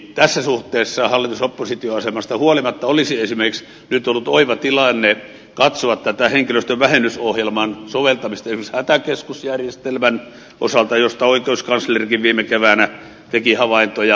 tässä suhteessa hallitusoppositio asetelmasta huolimatta olisi esimerkiksi nyt ollut oiva tilanne katsoa tätä henkilöstönvähennysohjelman soveltamista esimerkiksi hätäkeskusjärjestelmän osalta josta oikeuskanslerikin viime keväänä teki havaintoja